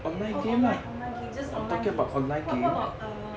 oh online online games just online games what what about err